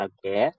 Okay